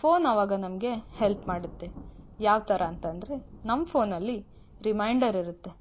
phone ಆವಾಗ ನಮಗೆ help ಮಾಡುತ್ತೆ ಯಾವ ಥರ ಅಂತಂದರೆ ನಮ್ಮ ಫೋನಲ್ಲಿ ರಿಮೈನ್ಡರ್ ಇರತ್ತೆ